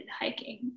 hiking